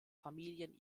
familien